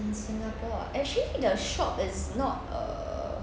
in singapore ah actually the shop is not err